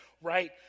right